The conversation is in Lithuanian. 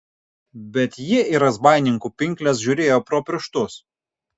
bet ji į razbaininkų pinkles žiūrėjo pro pirštus